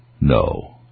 No